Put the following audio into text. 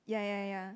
ya ya ya